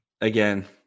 again